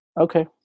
Okay